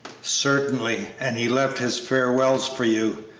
certainly, and he left his farewells for you,